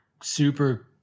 super